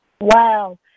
Wow